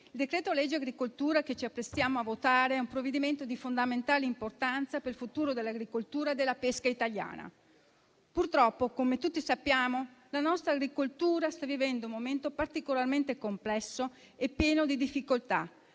il decreto-legge agricoltura che ci apprestiamo a votare è un provvedimento di fondamentale importanza per il futuro dell'agricoltura e della pesca italiane. Purtroppo, come tutti sappiamo, la nostra agricoltura sta vivendo un momento particolarmente complesso e pieno di difficoltà,